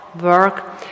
work